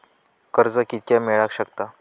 कर्ज कितक्या मेलाक शकता?